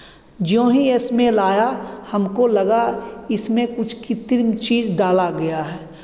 ज्यों ही स्मेल आया हमको लगा इसमें कुछ कृत्रिम चीज़ डाला गया है